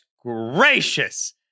gracious